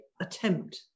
attempt